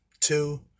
two